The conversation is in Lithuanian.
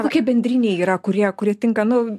kokie bendriniai yra kurie kurie tinka nu